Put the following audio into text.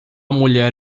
mulher